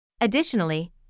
Additionally